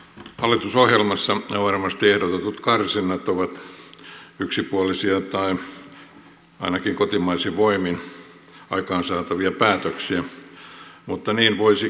hallitusohjelmassa ehdotetut karsinnat ovat varmasti yksipuolisia tai ainakin kotimaisin voimin aikaansaatavia päätöksiä mutta niin voisi kasvukin olla